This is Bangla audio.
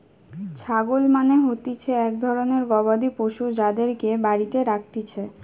ছাগল মানে হতিছে এক ধরণের গবাদি পশু যাদেরকে বাড়িতে রাখতিছে